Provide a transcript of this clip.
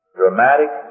dramatic